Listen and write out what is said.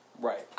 Right